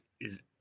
is-